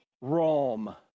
Rome